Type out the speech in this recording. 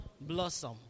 blossom